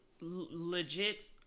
legit